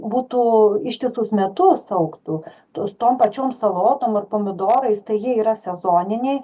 būtų ištisus metus augtų tos tom pačiom salotom ir pomidorais tai jie yra sezoniniai